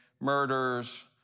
murders